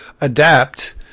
adapt